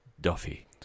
Duffy